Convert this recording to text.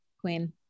Queen